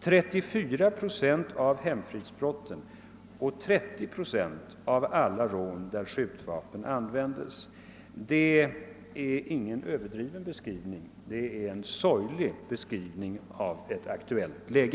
34 procent av alla hemfridsbrott och 30 procent av alla rån där skjutvapen användes. Det är ingen överdriven beskrivning. Det är en sorglig skildring av ett aktuellt läge.